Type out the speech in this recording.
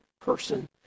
person